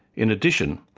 in addition,